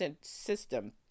system